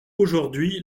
aujourd’hui